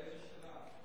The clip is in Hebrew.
מאיזו שנה?